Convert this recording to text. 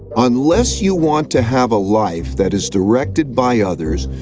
unless you want to have a life that is directed by others,